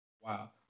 Wow